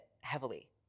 heavily